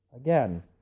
Again